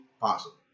possible